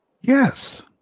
Yes